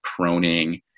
proning